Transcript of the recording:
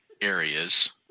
areas